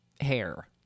hair